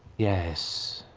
yes,